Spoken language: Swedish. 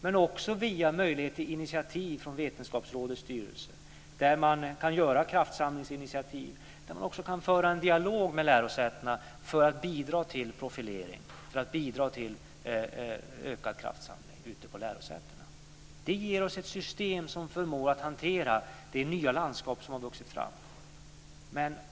Det finns också möjligheter via initiativ i Vetenskapsrådets styrelse. Där kan man ta initiativ till kraftsamling och föra en dialog med lärosätena för att bidra till profilering och ökad kraftsamling ute på lärosätena. Det ger oss ett system som förmår hantera det nya landskap som har vuxit fram.